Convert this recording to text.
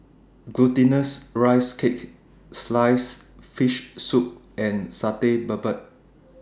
Glutinous Rice Cake Sliced Fish Soup and Satay Babat